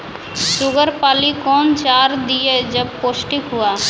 Sugar पाली कौन चार दिय जब पोस्टिक हुआ?